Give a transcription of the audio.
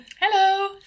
Hello